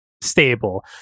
stable